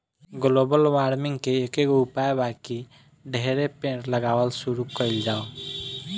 global warming के एकेगो उपाय बा की ढेरे पेड़ लगावल शुरू कइल जाव